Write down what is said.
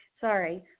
sorry